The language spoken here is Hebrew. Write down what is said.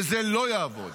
וזה לא יעבוד.